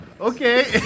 okay